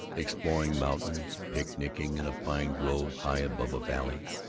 exploring mountains, picnicking in a pine grove high above a valley.